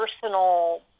personal